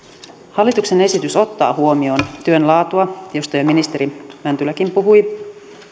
hallituksen esitys ottaa huomioon työn laatua josta jo ministeri mäntyläkin puhui